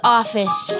office